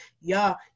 y'all